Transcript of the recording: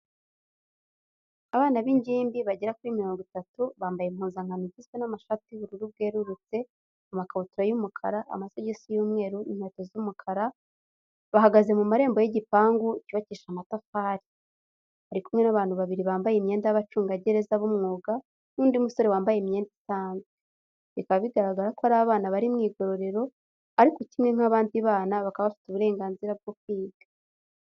Abana b'ingimbi bagera kuri mirongo itatu, bambaye impuzankano igizwe n'amashati y'ubururu bwerurutse, amakabutura y'umukara, amasogisi y'umweru n'inkweto z'umukara, bagahaze mu marembo y'igipangu cyubakishije amatafari. Bari kumwe n'abantu babiri bambaye imyenda y'abacungagereza b'umwuga n'undi musore wambaye imyenda isanzwe. Bikaba bigaragara ko ari abana bari mu igororero, ariko kimwe nk'abandi bana, bakaba bafite uburenganzira bwo kwiga.